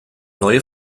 neue